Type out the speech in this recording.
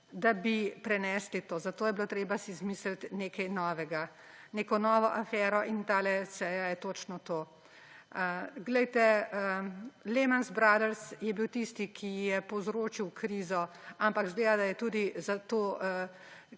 da bi prenesli to. Zato je bilo treba si izmisliti nekaj novega, neko novo afero, in tale seja je točno to. Glejte, Lemahn's Brothers je bil tisti, ki je povzročil krizo, ampak izgleda, da je tudi za to